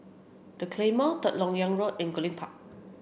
the Claymore Third Lok Yang Road and Goodlink Park